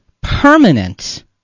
permanent